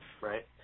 Right